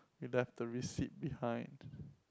is at the receipt behind